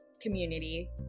community